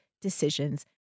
decisions